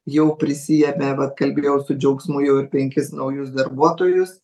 jau prisiėmė vat kalbėjau su džiaugsmu jau penkis naujus darbuotojus